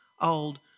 old